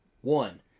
One